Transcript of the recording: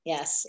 Yes